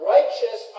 Righteous